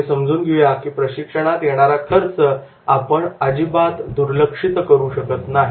आपण हे समजून घेऊ या की प्रशिक्षणात येणारा खर्च आपण दुर्लक्षित करू शकत नाही